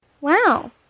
Wow